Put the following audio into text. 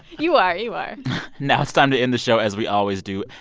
you are. you are now it's time to end the show as we always do.